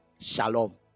Shalom